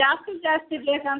ಜಾಸ್ತಿ ಜಾಸ್ತಿ ಬೇಕಂತ